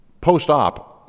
post-op